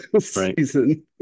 season